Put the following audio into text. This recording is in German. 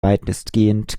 weitestgehend